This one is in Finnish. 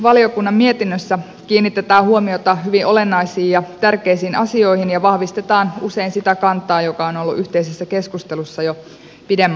valtiovarainvaliokunnan mietinnössä kiinnitetään huomiota hyvin olennaisiin ja tärkeisiin asioihin ja vahvistetaan usein sitä kantaa joka on ollut yhteisessä keskustelussa jo pidemmän aikaa